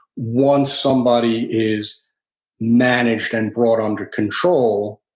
once somebody is managed and brought under control,